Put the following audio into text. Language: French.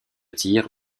tir